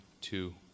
two